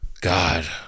God